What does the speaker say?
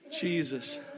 Jesus